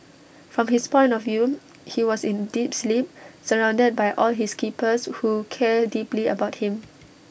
from his point of view he was in deep sleep surrounded by all his keepers who care deeply about him